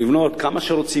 לבנות כמה שרוצים,